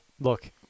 look